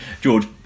George